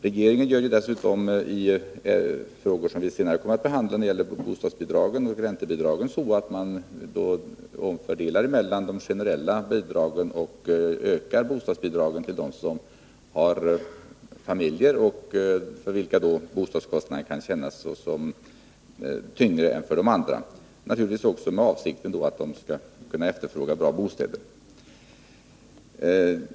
Regeringen gör ju dessutom när det gäller frågor om bostadsbidrag och räntebidrag, som vi senare kommer att behandla, omfördelningar mellan de generella bidragen och de selektiva så att bostadsbidragen ökas till dem som har familjer och för vilka bostadskostnaderna kan kännas tyngre än för andra. Det gör man naturligtvis med avsikten att dessa familjer skall kunna efterfråga bra bostäder.